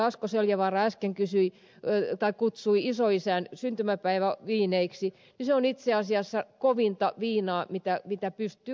asko seljavaara äsken kutsui isoisän syntymäpäiväviineiksi niin se on itse asiassa kovinta viinaa mitä pystyy kuljettamaan